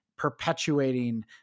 perpetuating